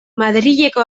madrileko